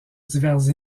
diverses